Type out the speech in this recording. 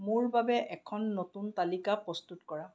মোৰ বাবে এখন নতুন তালিকা প্ৰস্তুত কৰা